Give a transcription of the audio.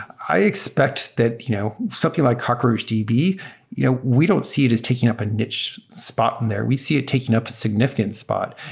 i expect that you know something like cockroachdb, you know we don't see it as taking up a niche spot on there. we see it taking up a significant spot.